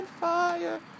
fire